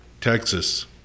Texas